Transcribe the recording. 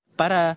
para